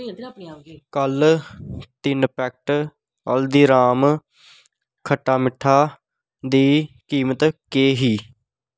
कल तिन पैकट हल्दीराम खट्टा मिट्ठा दी कीमत केह् ही